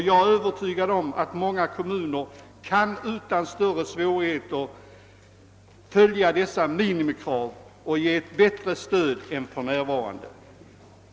Jag är övertygad om att många kommuner utan större svårigheter kan uppfylla dessa minimikrav och ge ett bättre stöd än de för närvarande gör.